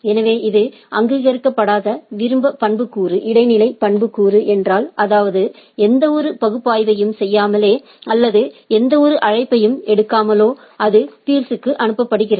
எனவே இது அங்கீகரிக்கப்படாத விருப்ப பண்புக்கூறுஇடைநிலை பண்புக்கூறு என்றால் அதாவது எந்தவொரு பகுப்பாய்வையும் செய்யாமலே அல்லது எந்தவொரு அழைப்பையும் எடுக்காமலோ அது பீர்ஸ்க்கு அனுப்பப்படுகிறது